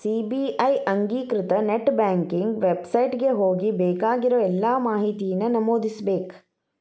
SBI ಅಧಿಕೃತ net banking website ಗೆ ಹೋಗಿ ಬೇಕಾಗಿರೋ ಎಲ್ಲಾ ಮಾಹಿತಿನ ನಮೂದಿಸ್ಬೇಕ್